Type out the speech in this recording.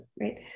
right